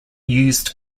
used